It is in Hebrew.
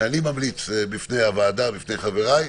אני ממליץ בפני הוועדה, בפני חבריי,